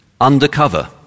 Undercover